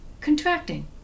contracting